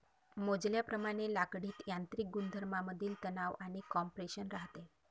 मोजल्याप्रमाणे लाकडीत यांत्रिक गुणधर्मांमधील तणाव आणि कॉम्प्रेशन राहते